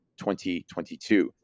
2022